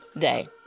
day